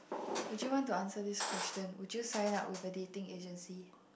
would you want to answer this question would you sign up with a dating agency